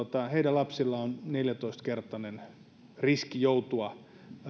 lapsilla on neljätoista kertainen riski joutua